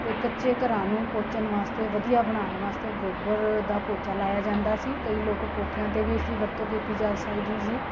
ਅਤੇ ਕੱਚੇ ਘਰਾਂ ਨੂੰ ਪੋਚਣ ਵਾਸਤੇ ਵਧੀਆ ਬਣਾਉਣ ਵਾਸਤੇ ਗੋਬਰ ਦਾ ਪੋਚਾ ਲਗਾਇਆ ਜਾਂਦਾ ਸੀ ਕਈ ਲੋਕ ਕੋਠਿਆਂ 'ਤੇ ਵੀ ਇਸ ਦੀ ਵਰਤੋਂ ਕੀਤੀ ਜਾ ਸਕਦੀ ਸੀ